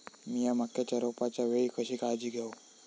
मीया मक्याच्या रोपाच्या वेळी कशी काळजी घेव?